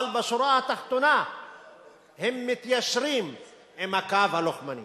אבל בשורה התחתונה הם מתיישרים עם הקו הלוחמני